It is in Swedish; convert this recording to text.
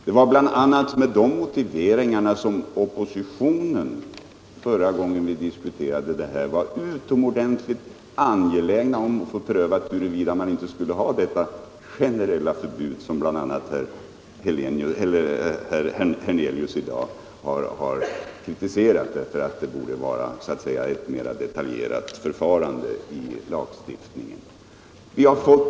Det var bl.a. med de motiveringarna som oppositionen förra gången vi diskuterade denna fråga var utomordentligt angelägen att få prövat huruvida man inte skulle ha detta generella förbud som herr Hernelius i dag har kritiserat och sagt att det borde vara ett mera detaljerat förfarande i lagstiftningen.